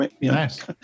Nice